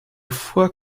foi